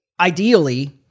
ideally